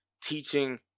teaching